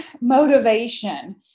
motivation